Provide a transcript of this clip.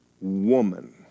woman